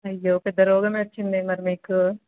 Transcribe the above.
అయ్యో పెద్ద రోగమే వచ్చిందే మరి మీకు